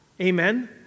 Amen